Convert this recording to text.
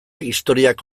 historiak